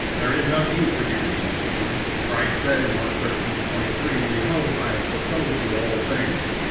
there is no need for you to be deceived, christ said in mark thirteen twenty three, behold i have foretold you all things.